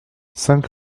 cinq